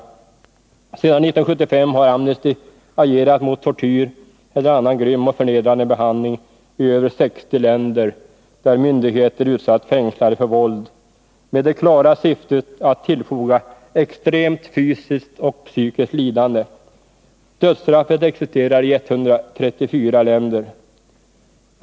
Sedan 1975 har Amnesty agerat mot tortyr eller annan grym och förnedrande behandling i över 60 länder, där myndigheter utsatt fängslade för våld, med det klara syftet att tillfoga extremt fysikt och psykiskt lidande. Dödsstraffet existerar i 134 länder.